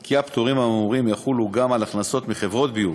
כי הפטורים האמורים יחולו גם על הכנסות מחברות ביוב,